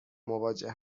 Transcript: مواجه